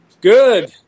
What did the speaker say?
Good